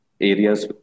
areas